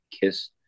KISS